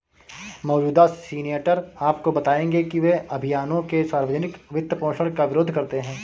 मौजूदा सीनेटर आपको बताएंगे कि वे अभियानों के सार्वजनिक वित्तपोषण का विरोध करते हैं